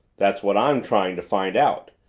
that's what i'm trying to find out,